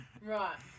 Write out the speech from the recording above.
Right